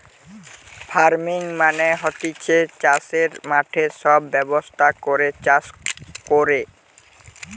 farming মানে হতিছে চাষের মাঠে সব ব্যবস্থা করে চাষ কোরে